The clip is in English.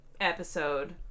episode